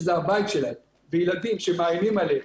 שזה הבית שלהם וילדים שמאיימים עליהם.